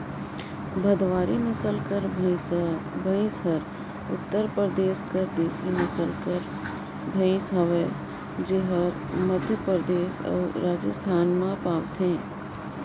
भदवारी नसल कर भंइसा भंइस हर उत्तर परदेस कर देसी नसल कर भंइस हवे जेहर मध्यपरदेस अउ राजिस्थान में पवाथे